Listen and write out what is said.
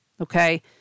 okay